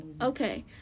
Okay